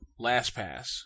LastPass